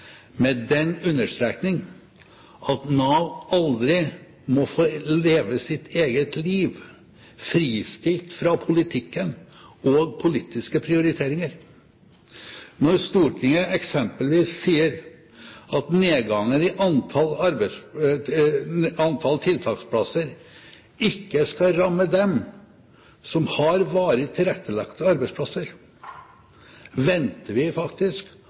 med den understrekning at Nav aldri må få leve sitt eget liv fristilt fra politikken og politiske prioriteringer. Når Stortinget f.eks. sier at nedgangen i antall tiltaksplasser ikke skal ramme dem som har varig tilrettelagte arbeidsplasser, venter vi faktisk